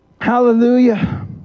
Hallelujah